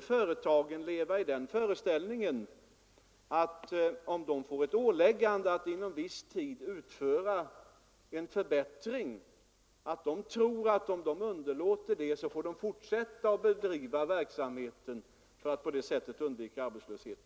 företagen inte få leva i den föreställningen att de, om de får ålägganden att inom viss tid utföra en förbättring men underlåter att vidta denna åtgärd, skall kunna fortsätta att bedriva verksamheten för att på det sättet undvika arbetslöshet.